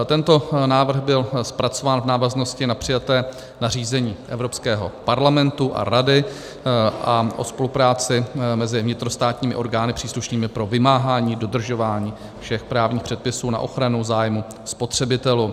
Tento návrh byl zpracován v návaznosti na přijaté nařízení Evropského parlamentu a Rady o spolupráci mezi vnitrostátními orgány příslušnými pro vymáhání dodržování všech právních předpisů na ochranu zájmu spotřebitelů.